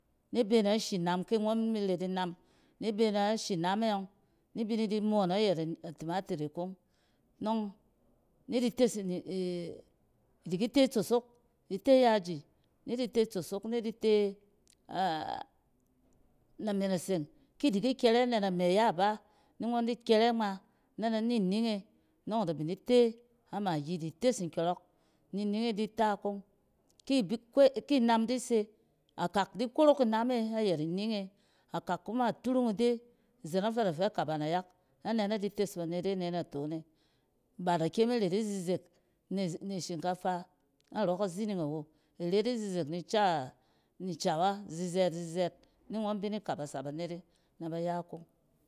Ni be nɛ shin am ki ngↄn miret inam, ni bena shi nam e yↄng ni bi ni di moon nayɛt a timatit e kong nↄng ni di tes idiki te itsosok, di te yaji, ni di te tsosok, ni di te name naseng. Kidi kyɛre name a yaba ni ngↄn di kyɛrɛ ngma na-ni ning e nↄgn ida bin di te a magi di ki tes nkyↄrↄk ni ining di ta kong. Ki bi, kwai inam di se akak di korok inam e ayɛt ining e, akak kuma a turung ide izen ↄng fɛ ada fɛ kaba nayɛk na nɛ na di tes banet e ne na fon e ba da kyɛm iret izizek ni shinkafa narↄ kazining awo. Iret izizek ni ka ca cawa zizɛɛt-zizɛɛt ni ngↄn bini kabasa banet e na ba ya kong.